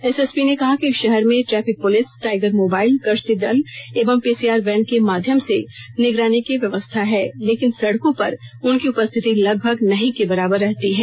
SSP ने कहा कि शहर में ट्रैफिक पुलिस टाइगर मोबाइल गश्ती दल एवं पीसीआर वैन के माध्यम से निगरानी की व्यवस्था है लेकिन सड़कों पर उनकी उपरिथिति लगभग नहीं के बराबर रहती है